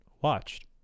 watched